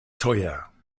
teuer